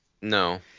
No